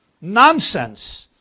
nonsense